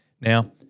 Now